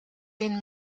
den